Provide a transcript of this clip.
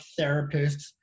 therapists